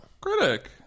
Critic